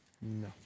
No